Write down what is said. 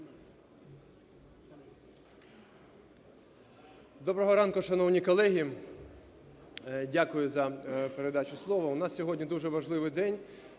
Доброго ранку, шановні колеги! Дякую за передачу слова. У нас сьогодні дуже важливий день,